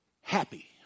happy